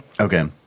Okay